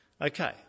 Okay